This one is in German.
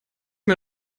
mir